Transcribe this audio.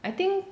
I think